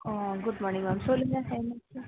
ஓ good morning ma'am சொல்லுங்கள் என்ன விஷயம்